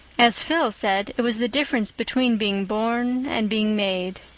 as phil said, it was the difference between being born and being made.